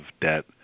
debt